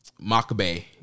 Makabe